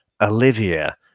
Olivia